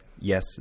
Yes